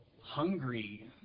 hungry